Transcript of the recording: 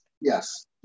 Yes